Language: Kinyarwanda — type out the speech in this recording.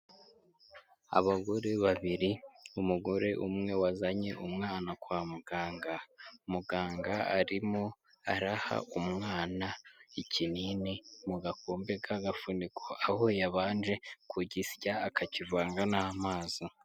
Abagore babiri, umugore umwe wazanye umwana kwa muganga, muganga arimo araha umwana ikinini mu gakombe k'agafuniko, aho yabanje ku gisya akakivanga n'amazi.